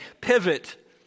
pivot